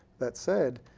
that said,